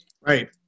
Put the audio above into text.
right